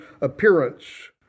appearance